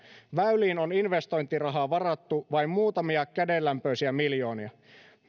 väyliin on investointirahaa varattu vain muutamia kädenlämpöisiä miljoonia